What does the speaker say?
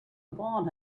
upon